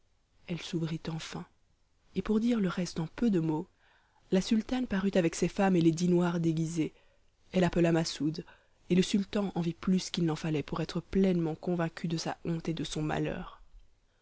elle s'ouvrit enfin et pour dire le reste en peu de mots la sultane parut avec ses femmes et les dix noirs déguisés elle appela masoud et le sultan en vit plus qu'il n'en fallait pour être pleinement convaincu de sa honte et de son malheur